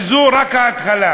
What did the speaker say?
וזו רק ההתחלה.